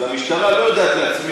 אז המשטרה לא יודעת,